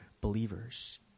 believers